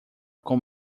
com